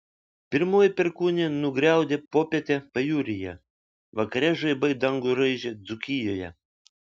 pirmoji perkūnija nugriaudė popietę pajūryje vakare žaibai dangų raižė dzūkijoje